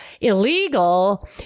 illegal